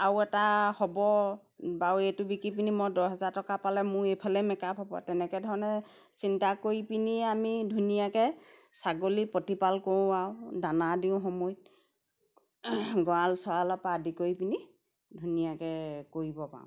আৰু এটা হ'ব বাৰু এইটো বিকি পিনি মই দহ হেজাৰ টকা পালে মোৰ এইফালে মেক আপ হ'ব তেনেকৈ ধৰণে চিন্তা কৰি পিনি আমি ধুনীয়াকৈ ছাগলী প্ৰতিপাল কৰোঁ আৰু দানা দিওঁ সময়ত গঁৰাল চৰালৰ পা আদি কৰি পিনি ধুনীয়াকৈ কৰিব পাৰোঁ